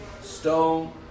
stone